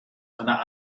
einer